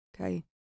Okay